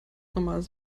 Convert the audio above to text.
normales